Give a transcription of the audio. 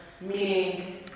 meaning